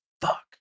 fuck